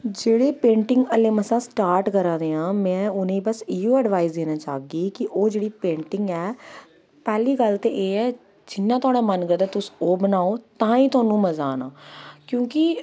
जेह्ड़ी पेंटिंग हल्लें मसां स्टार्ट करा दे ऐं में बस उ'नेंगी इ'यो अडवाईस देना चाह्गी कि ओह् जेह्ड़ी पेंटिंग ऐ पैहली गल्ल ते एह् ऐ जियां तोआड़ा मन करदा तुस ओह् बनाओ तां गै थुआनूं मजा आना क्योंकि